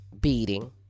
beating